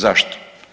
Zašto?